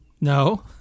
No